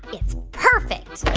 it's perfect